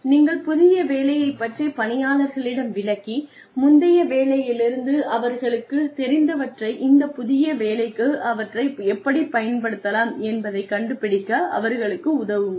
நீங்கள் புதிய வேலையைப் பற்றி பணியாளர்களிடம் விளக்கி முந்தைய வேலையிலிருந்து அவர்களுக்குத் தெரிந்தவற்றை இந்த புதிய வேலைக்கு அவற்றை எப்படிப் பயன்படுத்தலாம் என்பதை கண்டுபிடிக்க அவர்களுக்கு உதவுங்கள்